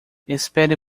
espere